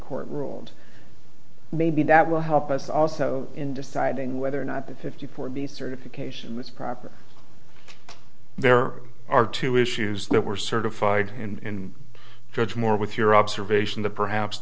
court ruled maybe that will help us also in deciding whether or not the fifty four be certification that's proper there are two issues that were certified in judge moore with your observation that perhaps